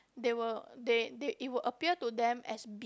they will they they it will appear to them as B